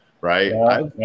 right